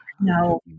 No